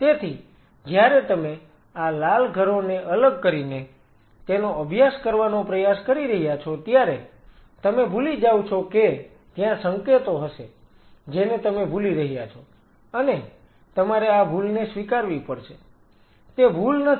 તેથી જ્યારે તમે આ લાલ ઘરોને અલગ કરીને તેનો અભ્યાસ કરવાનો પ્રયાસ કરી રહ્યા છો ત્યારે તમે ભૂલી જાઓ છો કે ત્યાં સંકેતો હશે જેને તમે ભૂલી રહ્યા છો અને તમારે આ ભૂલને સ્વીકારવી પડશે તે ભૂલ નથી